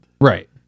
right